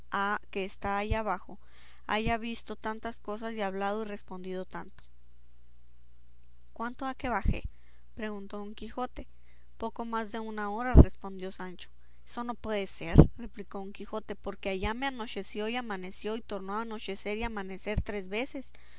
que está allá bajo haya visto tantas cosas y hablado y respondido tanto cuánto ha que bajé preguntó don quijote poco más de una hora respondió sancho eso no puede ser replicó don quijote porque allá me anocheció y amaneció y tornó a anochecer y amanecer tres veces